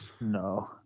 No